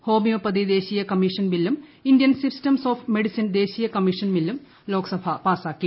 homeopathy ദേശീയ commission ബില്ലും Indian systems of medicine ദേശീയ കമ്മീഷൻ ബില്ലും ലോക്സഭ പാസാക്കി